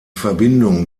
verbindung